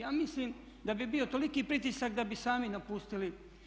Ja mislim da bi bio toliki pritisak da bi sami napustili.